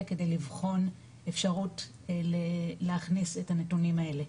כדי לבחון אפשרות להכניס את הנתונים האלה.